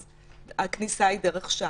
אז הכניסה היא דרך שם.